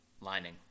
Lining